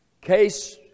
Case